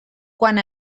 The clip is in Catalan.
quan